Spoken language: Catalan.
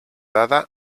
dada